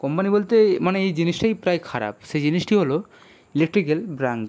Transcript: company বলতে মানে এই জিনিসটাই প্রায় খারাপ সে জিনিসটি হলো ইলেকট্রিক্যাল ব্ল্যাঙ্কেট